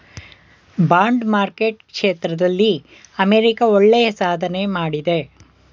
bond market ಕ್ಷೇತ್ರದಲ್ಲಿ America ಒಳ್ಳೆಯ ಸಾಧನೆ ಮಾಡಿದೆ